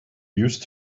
used